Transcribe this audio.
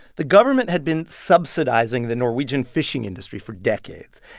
the government had been subsidizing the norwegian fishing industry for decades.